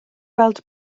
gweld